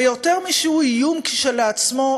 ויותר משהוא איום כשלעצמו,